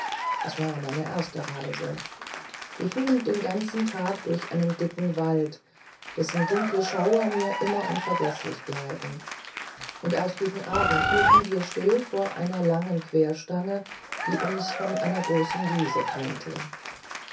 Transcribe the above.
es war meine erste reise wir fuhren den ganzen tag durch einen dicken wald dessen dunkle schauer mir immer unvergeßlich bleiben und erst gegen abend hielten wir still vor einer langen querstange die uns von einer großen wiese trennte